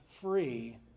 free